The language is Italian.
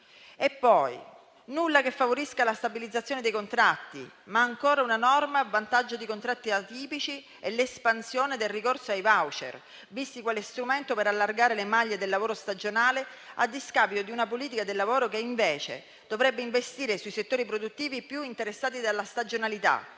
c'è nulla che favorisca la stabilizzazione dei contratti, ma ancora una volta si vara una norma a vantaggio dei contratti atipici e dell'espansione del ricorso ai *voucher*, visti quale strumento per allargare le maglie del lavoro stagionale a discapito di una politica di lavoro che invece dovrebbe investire sui settori produttivi più interessati dalla stagionalità,